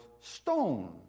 stone